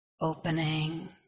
opening